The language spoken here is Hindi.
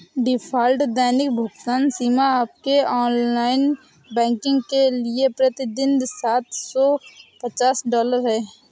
डिफ़ॉल्ट दैनिक भुगतान सीमा आपके ऑनलाइन बैंकिंग के लिए प्रति दिन सात सौ पचास डॉलर है